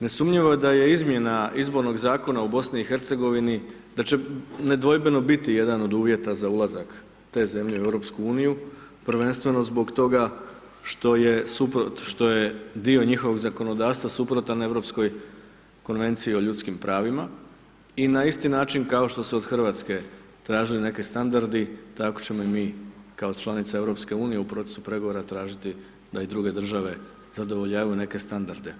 Nesumnjivo je da je izmjena izbornog zakona u BiH, da će nedvojbeno biti jedan od uvjeta za ulazak te zemlje u EU, prvenstveno zbog toga što je, što je dio njihovog zakonodavstva suprotan europskoj konvenciji o europskim pravima i na isti način kao što su od Hrvatske tražili neke standardi tako ćemo i mi kao članica EU u procesu pregovora tražiti da i druge države zadovoljavaju neke standarde.